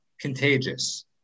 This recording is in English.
contagious